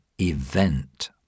event